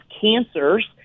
cancers